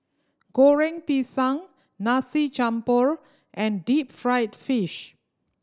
Goreng Pisang nasi jampur and deep fried fish